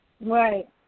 Right